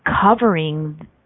covering